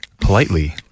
politely